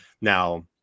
Now